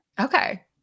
Okay